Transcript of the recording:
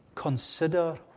Consider